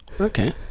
okay